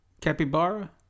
Capybara